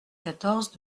quatorze